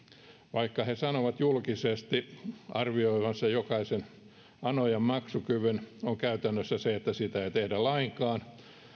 vaikka nämä pikavippiyhtiöt sanovat julkisesti arvioivansa jokaisen anojan maksukyvyn käytännössä sitä ei tehdä lainkaan